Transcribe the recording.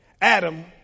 Adam